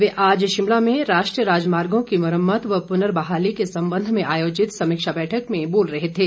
वे आज शिमला में राष्ट्रीय राजमार्गों की मुरम्मत व पुनर्बहाली के संबंध में आयोजित समीक्षा बैठक में बोल रहे थे